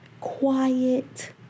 quiet